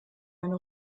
eine